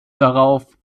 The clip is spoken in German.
darauf